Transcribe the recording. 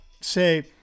say